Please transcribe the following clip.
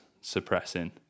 suppressing